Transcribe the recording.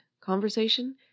conversation